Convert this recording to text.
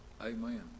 Amen